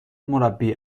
مربی